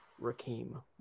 rakim